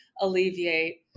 alleviate